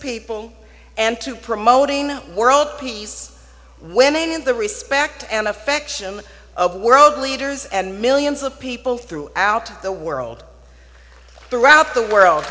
people and to promoting world peace women in the respect and affection of world leaders and millions of people throughout the world throughout the world